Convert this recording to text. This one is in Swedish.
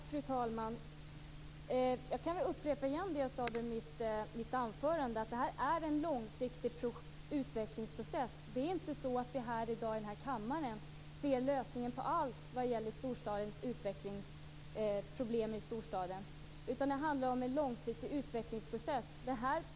Fru talman! Jag kan upprepa vad jag sade i mitt huvudanförande, nämligen att det här är fråga om en långsiktig utvecklingsprocess. Det är inte så att vi i dag i denna kammare ser lösningen på allting vad gäller problemen i storstaden. I stället handlar det alltså om en långsiktig utvecklingsprocess.